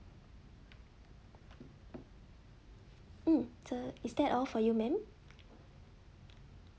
mm so is that all for you ma'am